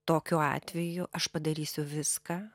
tokiu atveju aš padarysiu viską